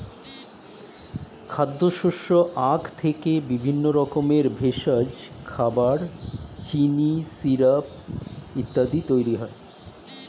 খাদ্যশস্য আখ থেকে বিভিন্ন রকমের ভেষজ, খাবার, চিনি, সিরাপ ইত্যাদি তৈরি হয়